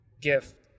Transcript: gift